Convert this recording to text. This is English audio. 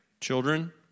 children